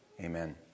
Amen